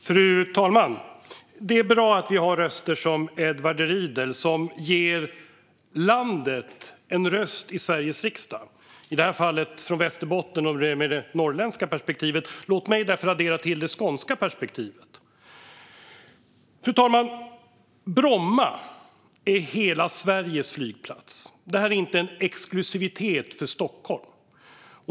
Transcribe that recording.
Fru talman! Det är bra att vi har röster som Edward Riedls som ger landet en röst i Sveriges riksdag, i det här fallet från Västerbotten och med det norrländska perspektivet. Låt mig därför addera det skånska perspektivet. Fru talman! Bromma är hela Sveriges flygplats. Det här är inte en exklusivitet för Stockholm.